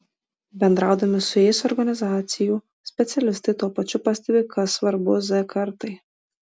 bendraudami su jais organizacijų specialistai tuo pačiu pastebi kas svarbu z kartai